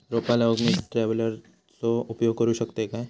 रोपा लाऊक मी ट्रावेलचो उपयोग करू शकतय काय?